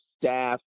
staff